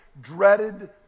dreaded